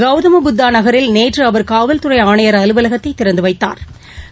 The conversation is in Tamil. கவுதம்புத்தா நகரில் நேற்று அவர் காவல்துறை ஆணையர் அலுவலகத்தை திறந்து வைத்தாா்